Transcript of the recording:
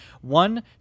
One